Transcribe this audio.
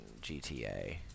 GTA